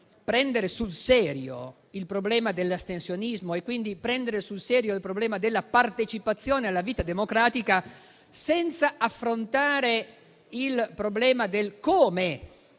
prendere sul serio il problema dell'astensionismo e quindi il problema della partecipazione alla vita democratica senza affrontare il problema di come